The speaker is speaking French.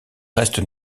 reste